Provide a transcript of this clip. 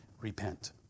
Repent